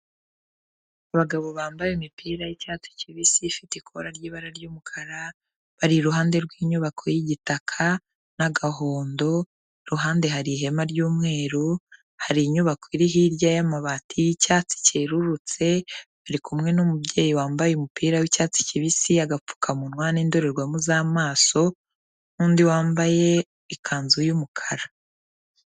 Abagabo bambaye imipira y'icyatsi kibisi ifite ikora ry'ibara ry'umukara, bari iruhande rw'inyubako y'igitaka n'agahondo, ku ruhande hari ihema ry'umweru, hari inyubako iri hirya y'amabati y'icyatsi cyerurutse, bari kumwe n'umubyeyi wambaye umupira w'icyatsi kibisi, agapfukamunwa n'indorerwamo z'amaso n'undi wambaye ikanzu y'umukara.